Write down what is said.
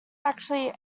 actually